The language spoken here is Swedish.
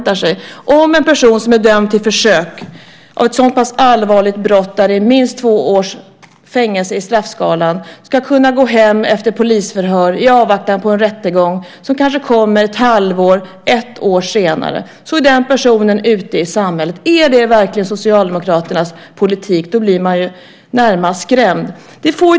Om det är Socialdemokraternas politik att en person som är dömd för försök till ett så pass allvarligt brott att det ger minst två års fängelse på straffskalan ska kunna gå hem efter polisförhör i avvaktan på en rättegång som kanske kommer ett halvår eller ett år senare och vara ute i samhället blir man närmast skrämd.